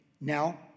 Now